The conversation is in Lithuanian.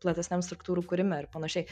platesniam struktūrų kūrime ir panašiai